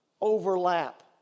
overlap